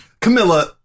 Camilla